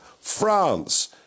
France